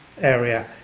area